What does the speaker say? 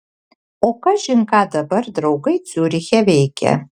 o kažin ką dabar draugai ciuriche veikia